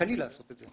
כלכלי לעשות את זה.